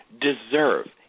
deserve